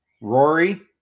Rory